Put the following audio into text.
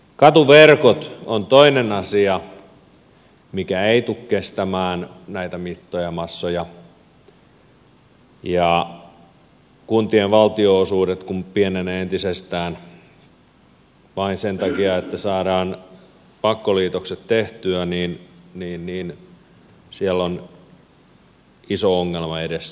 katuverkot on toinen asia mikä ei tule kestämään näitä mittoja ja massoja ja kun kuntien valtionosuudet pienenevät entisestään vain sen takia että saadaan pakkoliitokset tehtyä niin siellä on iso ongelma edessä